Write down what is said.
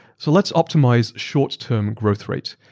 so, let's optimize short term growth rate.